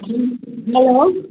hello